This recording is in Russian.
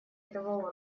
этого